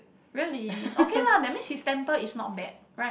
really okay lah that means his temper is not bad right